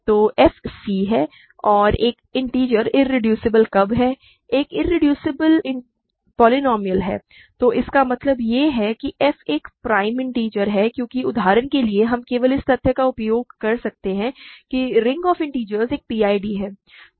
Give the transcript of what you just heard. तो f c है और एक इन्टिजर इरेड्यूसिबल कब है एक इरेड्यूसिबल बहुपद है तो इसका मतलब यह है कि f एक प्राइम इन्टिजर है क्योंकि उदाहरण के लिए हम केवल इस तथ्य का उपयोग कर सकते हैं कि रिंग ऑफ़ इंटिजर्स एक PID है